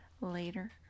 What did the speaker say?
Later